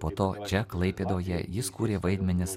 po to čia klaipėdoje jis kūrė vaidmenis